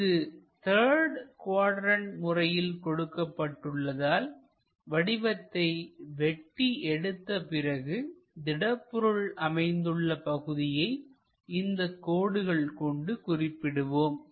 இங்கு third quadrant முறையில் கொடுக்கப்பட்டுள்ளதால்வடிவத்தை வெட்டி எடுத்த பிறகு திடப்பொருள் அமைந்துள்ள பகுதியை இந்த கோடுகள் கொண்டு குறிப்பிடுவோம்